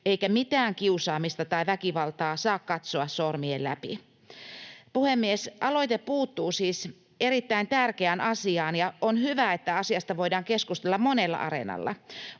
eikä mitään kiusaamista tai väkivaltaa saa katsoa sormien läpi. Puhemies! Aloite puuttuu siis erittäin tärkeään asiaan, ja on hyvä, että asiasta voidaan keskustella monella areenalla.